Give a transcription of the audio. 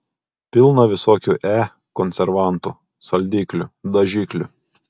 pilna visokių e konservantų saldiklių dažiklių